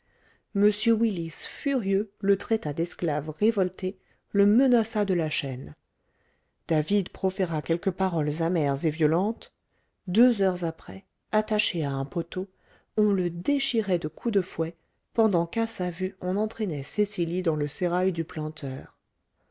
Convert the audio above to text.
m willis furieux le traita d'esclave révolté le menaça de la chaîne david proféra quelques paroles amères et violentes deux heures après attaché à un poteau on le déchirait de coups de fouet pendant qu'à sa vue on entraînait cecily dans le sérail du planteur